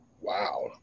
Wow